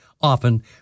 often